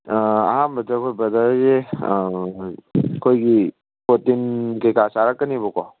ꯑꯍꯥꯝꯟꯗ ꯑꯩꯈꯣꯏ ꯕ꯭ꯔꯗꯔꯁꯦ ꯑꯩꯈꯣꯏꯒꯤ ꯄ꯭ꯔꯣꯇꯤꯟ ꯀꯩꯀꯥ ꯆꯥꯔꯛꯀꯅꯦꯕꯀꯣ